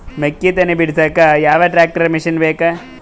ಮೆಕ್ಕಿ ತನಿ ಬಿಡಸಕ್ ಯಾವ ಟ್ರ್ಯಾಕ್ಟರ್ ಮಶಿನ ಬೇಕು?